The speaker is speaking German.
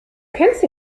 kennst